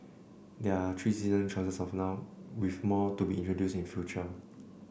there are three seasoning choices as of now with more to be introduced in the future